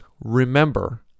remember